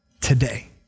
today